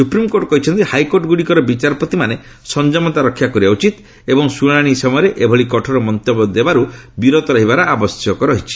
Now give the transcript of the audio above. supreme court କହିଛନ୍ତି high court ଗୁଡ଼ିକର ବିଚାରପତିମାନେ ସଂଯମତା ରକ୍ଷା କରିବା ଉଚିତ୍ ଏବଂ ଶୁଣାଣି ସମୟରେ ଏଭଳି କଠୋର ମନ୍ତବ୍ୟ ଦେବାରୁ ବିରତ ରହିବାର ଆବଶ୍ୟକ ରହିଛି